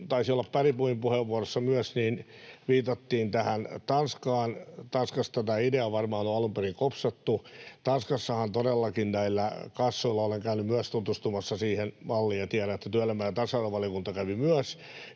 taisi olla Bergbomin puheenvuorossa, viitattiin myös tähän Tanskaan. Tanskasta tämä idea varmaan on alun perin kopsattu. Tanskassahan todellakin näillä kassoilla — olen käynyt myös tutustumassa siihen malliin ja tiedän, että työelämä- ja tasa-arvovaliokunta kävi myös